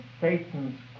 Satan's